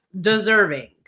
deserving